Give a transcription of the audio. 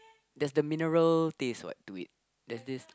there's the mineral taste what to it there's this